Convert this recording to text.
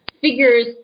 figures